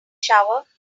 shower